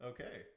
Okay